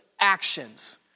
actions